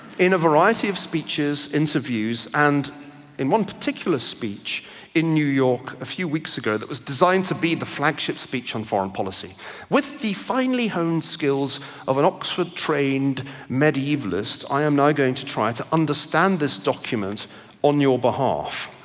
in a variety of speeches, interviews, and in one particular speech in new york a few weeks ago that was designed to be the flagship speech on foreign policy with the finally honed skills of an oxford-trained medievalist, i am now going to try to understand this document on your behalf.